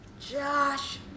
Josh